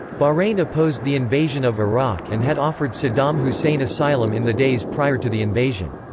bahrain opposed the invasion of iraq and had offered saddam hussein asylum in the days prior to the invasion.